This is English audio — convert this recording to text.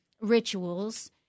rituals